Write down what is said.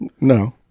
No